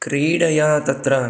क्रीडया तत्र